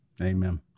Amen